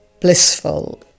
blissful